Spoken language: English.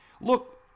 Look